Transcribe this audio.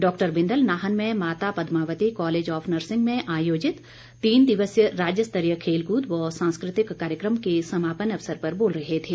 doctor Bindal Nahan में Mata Padmavati college of nursing में आयोजित तीन दिवसीय राज्य स्तरीय खेलकूद व सांस्कृतिक कार्यकम के समापन अवसर पर बोल रहे थे